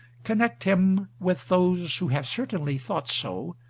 connect him with those who have certainly thought so,